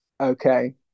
okay